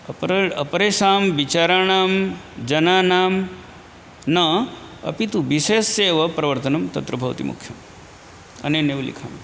अपरे अपरेषां विचाराणां जनानां न अपि तु विषयस्यैव प्रवर्तनं तत्र भवति मुख्यम् अनेनैव लिखामि